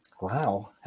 Wow